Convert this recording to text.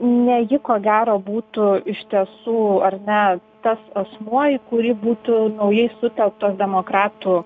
ne ji ko gero būtų iš tiesų ar ne tas asmuo į kurį būtų naujai sutelktos demokratų